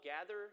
gather